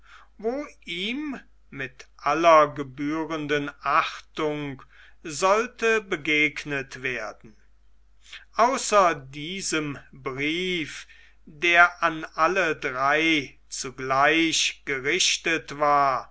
wo ihm mit aller gebührenden achtung sollte begegnet werden außer diesem brief der an alle drei zugleich gerichtet war